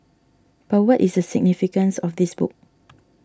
but what is the significance of this book